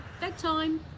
Bedtime